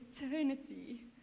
eternity